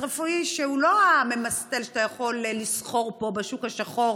רפואי שהוא לא ממסטל שאתה יכול לסחור בו בשוק השחור,